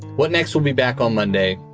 what next will be back on monday.